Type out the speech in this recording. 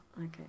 Okay